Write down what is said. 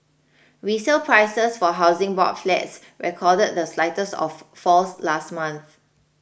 resale prices for Housing Board flats recorded the slightest of falls last month